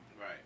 right